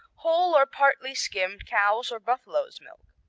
whole or partly skimmed cow's or buffalo's milk.